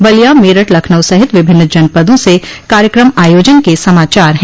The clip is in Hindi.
बलिया मेरठ लखनऊ सहित विभिन्न जनपदों से कार्यकम आयोजन के समाचार हैं